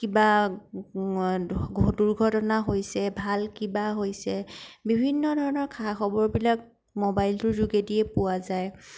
কিবা দুৰ্ঘটনা হৈছে ভাল কিবা হৈছে বিভিন্ন ধৰণৰ খা খবৰবিলাক মবাইলটোৰ যোগেদিয়ে পোৱা যায়